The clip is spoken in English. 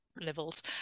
levels